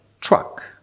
truck